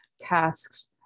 tasks